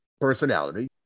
personality